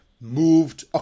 moved